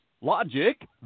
Logic